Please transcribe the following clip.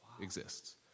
exists